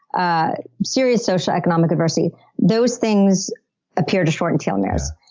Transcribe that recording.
ah serious socioeconomic adversity those things appear to shorten telomeres.